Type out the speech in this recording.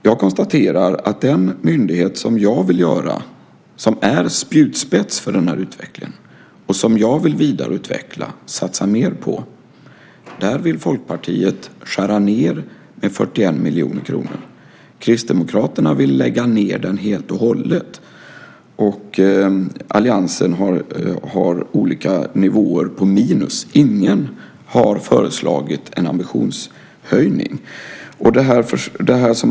Jag konstaterar att den myndighet som jag vill skapa, som är spjutspets för utvecklingen, och som jag vill vidareutveckla, satsa mer på, där vill Folkpartiet skära ned med 41 miljoner kronor. Kristdemokraterna vill lägga ned den helt och hållet, och alliansen har olika nivåer på minus. Ingen har föreslagit en ambitionshöjning.